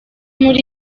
muri